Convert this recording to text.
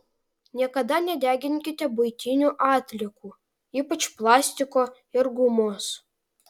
niekada nedeginkite buitinių atliekų ypač plastiko ir gumos